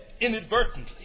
inadvertently